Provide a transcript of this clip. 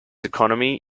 economy